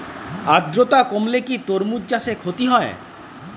আদ্রর্তা কমলে কি তরমুজ চাষে ক্ষতি হয়?